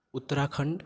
Uttarakhand